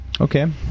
Okay